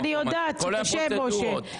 אני יודעת, זה קשה, משה.